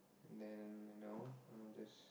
then you know I'll just